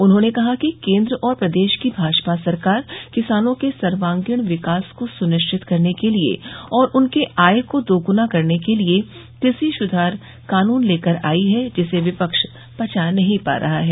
उन्होंने कहा कि केन्द्र और प्रदेश की भाजपा सरकार किसानों के सर्वागीण विकास को सुनिश्चित करने के लिये और उनके आय को दोगुना करने के लिये कृषि सुधार कानून लेकर आई है जिसे विपक्ष पचा नहीं पा रहा है